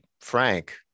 frank